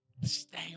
Stay